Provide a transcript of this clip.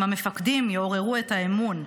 אם המפקדים יעוררו האמון,